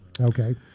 Okay